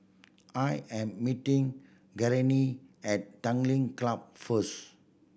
I am meeting Gurney at Tanglin Club first